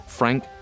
Frank